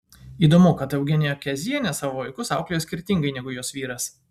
įdomu kad eugenija kezienė savo vaikus auklėjo skirtingai negu jos vyras